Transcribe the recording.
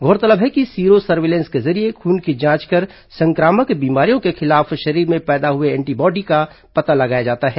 गौरतलब है कि सीरो सर्विलेंस के जरिये खून की जांच कर संक्रामक बीमारियों के खिलाफ शरीर में पैदा हुए एंटीबॉडी का पता लगाया जाता है